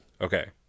Okay